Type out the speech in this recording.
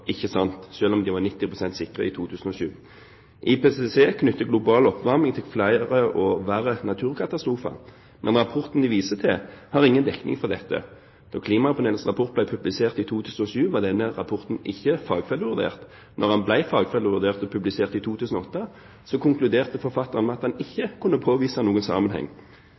ikke sant, selv om de var 90 pst. sikre i 2007. IPCC knytter global oppvarming til flere og verre naturkatastrofer, men rapporten de viser til, har ingen dekning for dette. Da klimapanelets rapport ble publisert i 2007, var denne rapporten ikke fagfellevurdert. Da den ble fagfellevurdert og publisert i 2008, konkluderte forfatteren med at en ikke kunne påvise noen sammenheng.